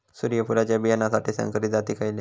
सूर्यफुलाच्या बियानासाठी संकरित जाती खयले?